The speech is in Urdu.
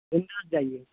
بنداس جائیے